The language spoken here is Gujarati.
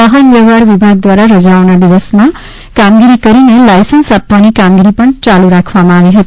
વાહન વ્યવહાર વિભાગ દ્વારા રજાઓના દિવસોમાં કામગીરી કરીને લાયસન્સ આપવાની કામગીરી પણ તાલુ રાખવામાં આવી હતી